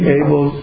able